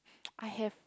I have